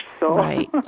Right